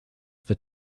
that